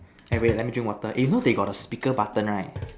eh wait let me drink water eh you know they got a speaker button right